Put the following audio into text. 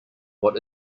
what